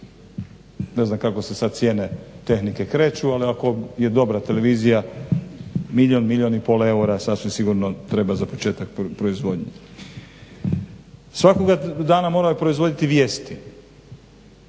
Ne znam kako se sad cijene tehnike kreću ali ako je dobra televizija milijun, milijun i pol eura sasvim sigurno treba za početak proizvodnje. Svakoga dana moraju proizvoditi vijesti.